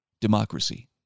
democracy